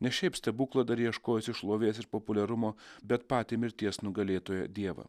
ne šiaip stebuklą dar ieškojusį šlovės ir populiarumo bet patį mirties nugalėtoją dievą